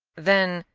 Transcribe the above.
then,